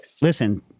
Listen